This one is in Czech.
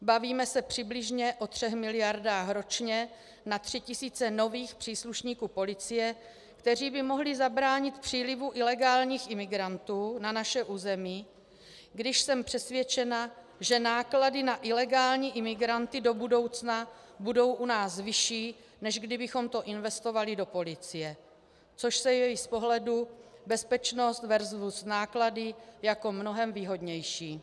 Bavíme se přibližně o 3 miliardách ročně na 3 tisíce nových příslušníků policie, kteří by mohli zabránit přílivu ilegálních imigrantů na naše území, když jsem přesvědčena, že náklady na ilegální imigranty do budoucna budou u nás vyšší, než kdybychom to investovali do policie, což se jeví z pohledu bezpečnost versus náklady jako mnohem výhodnější.